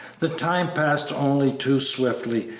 the time passed only too swiftly,